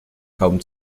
kaum